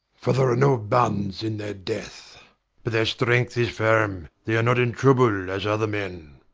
for there are no bands in their death but their strength is firm they are not in trouble as other men.